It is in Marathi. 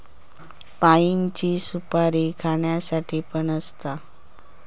पाइनची सुपारी खाण्यासाठी पण असता